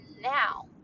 now